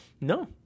No